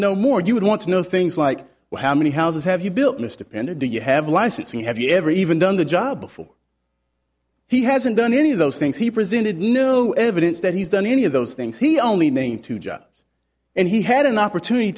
know more you would want to know things like how many houses have you built mr pender do you have licensing have you ever even done the job before he hasn't done any of those things he presented no evidence that he's done any of those things he only name two jobs and he had an opportunity